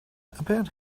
about